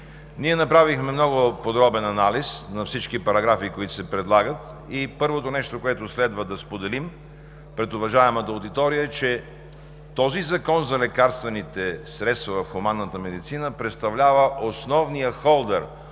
Ние направихме много подробен анализ на всички параграфи, които се предлагат, и първото нещо, което следва да споделим пред уважаемата аудитория, е, че този Закон за лекарствените средства в хуманната медицина представлява основният холдер,